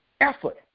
effort